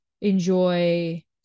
enjoy